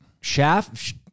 shaft